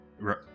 Right